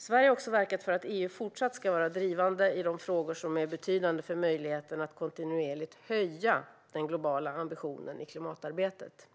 Sverige har också verkat för att EU ska fortsätta vara drivande i de frågor som är betydande för möjligheten att kontinuerligt höja den globala ambitionen i klimatarbetet.